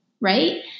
right